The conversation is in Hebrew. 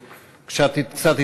אזרחים,